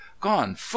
gone